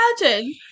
imagine